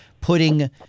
putting